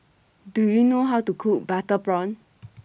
Do YOU know How to Cook Butter Prawn